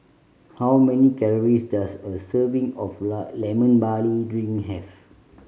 how many calories does a serving of line Lemon Barley Drink have